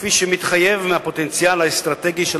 כפי שמתחייב מהפוטנציאל האסטרטגי של